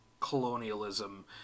colonialism